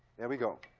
there we go.